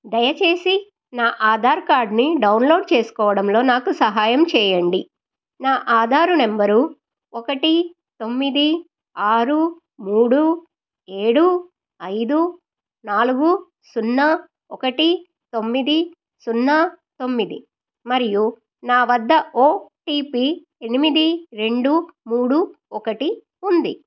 దయచేసి నా ఆధార్ కార్డ్ని డౌన్లోడ్ చేసుకోవడంలో నాకు సహాయం చేయండి నా ఆధారు నెంబరు ఒకటి తొమ్మిది ఆరు మూడు ఏడు ఐదు నాలుగు సున్నా ఒకటి తొమ్మిది సున్నా తొమ్మిది మరియు నా వద్ద ఓ టీ పీ ఎనిమిది రెండు మూడు ఒకటి ఉంది